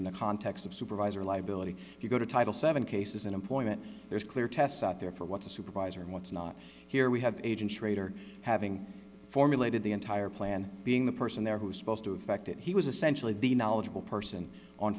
in the context of supervisor liability if you go to title seven cases in employment there's clear tests out there for what's a supervisor and what's not here we have agent schrader having formulated the entire plan being the person there who is supposed to have acted he was essentially the knowledgeable person on